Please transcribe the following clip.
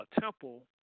Temple